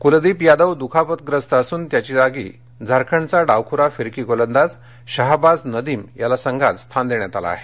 कुलदीप यादव दुखापतग्रस्त असून त्याची जागी झारखंडचा डावखुरा फिरकी गोलंदाज शहाबाज नदीम याला संघात स्थान मिळालं आहे